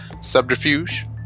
subterfuge